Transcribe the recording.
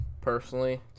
personally